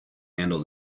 handle